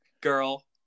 girl